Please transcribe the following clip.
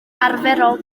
arferol